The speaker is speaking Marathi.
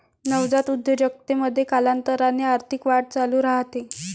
नवजात उद्योजकतेमध्ये, कालांतराने आर्थिक वाढ चालू राहते